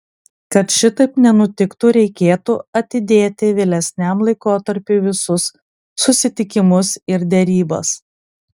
kad šitaip nenutiktų reikėtų atidėti vėlesniam laikotarpiui visus susitikimus ir derybas